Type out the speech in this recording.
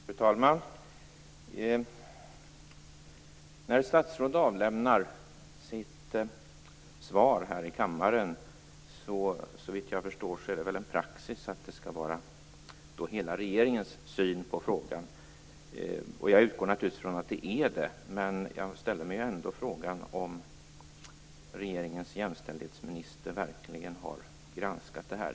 Fru talman! När statsråd avlämnar sina svar här i kammaren är det såvitt jag förstår praxis att dessa skall uttrycka hela regeringens syn på frågan. Jag utgår naturligtvis från att det är så även här, men jag ställer mig ändå frågan om regeringens jämställdhetsminister verkligen har granskat detta.